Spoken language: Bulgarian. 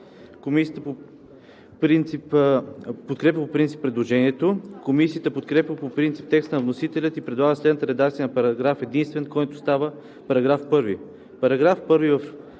Комисията подкрепя по принцип предложението. Комисията подкрепя по принцип текста на вносителя и предлага следната редакция на параграф единствен, който става § 1: „§ 1.